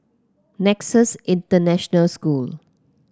Nexus International School